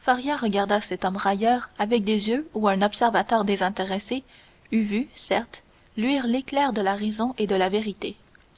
faria regarda cet homme railleur avec des yeux où un observateur désintéressé eût vu certes luire l'éclair de la raison et de la vérité